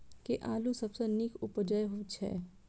केँ आलु सबसँ नीक उबजय छै?